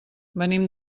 venim